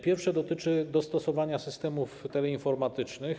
Pierwsze dotyczy dostosowania systemów teleinformatycznych.